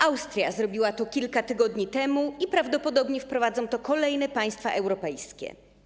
Austria zrobiła to kilka tygodni temu i prawdopodobnie wprowadzą to kolejne państwa europejskie.